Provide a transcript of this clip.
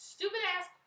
Stupid-ass